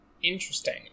Interesting